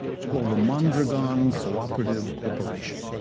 it's called the mondragon co-operative corporation.